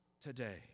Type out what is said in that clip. today